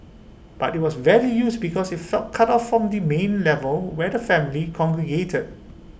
but IT was rarely used because IT felt cut off from the main level where the family congregated